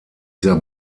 sehr